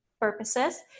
purposes